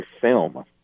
film